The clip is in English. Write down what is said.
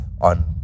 on